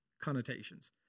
connotations